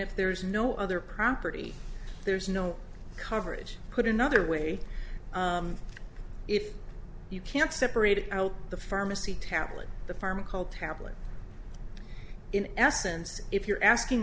if there is no other property there's no coverage put another way if you can't separate out the pharmacy tablet the firm called tablet in essence if you're asking